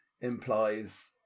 implies